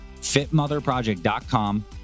fitmotherproject.com